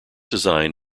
design